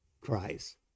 Christ